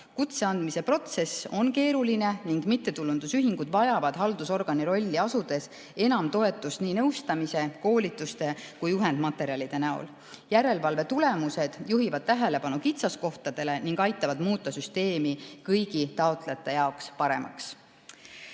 Kutse andmise protsess on keeruline ning mittetulundusühingud vajavad haldusorgani rolli asudes enam toetust nii nõustamise, koolituste kui ka juhendmaterjalide näol. Järelevalve tulemused juhivad tähelepanu kitsaskohtadele ning aitavad muuta süsteemi kõigi taotlejate jaoks paremaks.